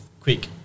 quick